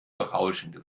berauschende